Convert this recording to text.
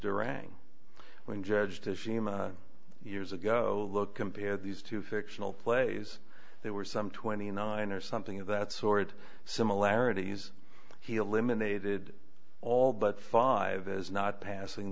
durang when judge does seem years ago look compare these two fictional plays there were some twenty nine or something of that sort similarities he eliminated all but five as not passing